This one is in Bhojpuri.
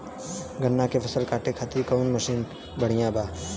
गन्ना के फसल कांटे खाती कवन मसीन बढ़ियां बा?